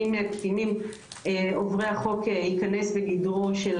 מי מהקטינים עוברי החוק ייכנס לגדרו של